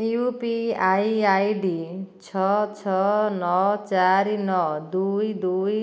UPI ID ଛଅ ଛଅ ନଅ ଚାରି ନଅ ଦୁଇ ଦୁଇ